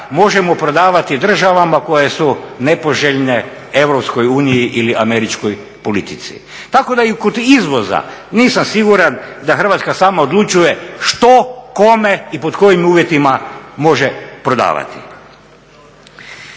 možemo prodavati državama koje su nepoželjne EU ili američkoj politici. Tako da i kod izvoza nisam siguran da Hrvatska sama odlučuje što, kome i pod kojim uvjetima može prodavati.